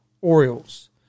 Orioles